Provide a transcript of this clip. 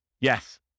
Yes